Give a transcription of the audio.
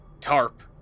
tarp